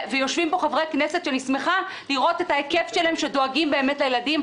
יושבים פה חברי כנסת שאני שמחה שדואגים לילדים,